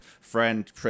friend